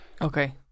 Okay